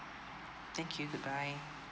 thank you goodbye